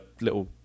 little